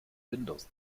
windows